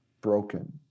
broken